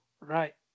right